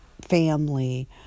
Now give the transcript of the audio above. family